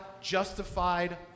justified